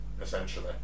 essentially